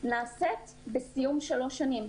נעשית בסיום שלוש שנים.